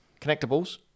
Connectables